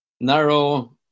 narrow